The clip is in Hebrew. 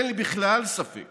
אין בכלל ספק